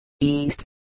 east